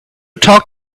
talk